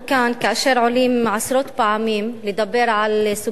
כאשר אנחנו עולים עשרות פעמים לדבר על סוגיית האלימות,